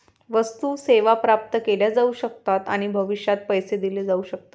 वस्तू, सेवा प्राप्त केल्या जाऊ शकतात आणि भविष्यात पैसे दिले जाऊ शकतात